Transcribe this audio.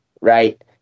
Right